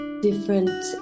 different